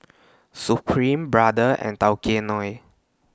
Supreme Brother and Tao Kae Noi